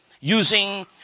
using